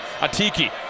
Atiki